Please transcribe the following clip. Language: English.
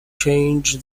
change